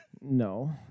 No